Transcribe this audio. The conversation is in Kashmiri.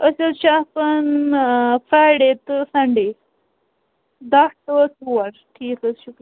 أسۍ حظ چھِ آسان فرٛایڈے تہٕ سَنٛڈے دٔہ ٹُو ژور ٹھیٖک حظ چھُ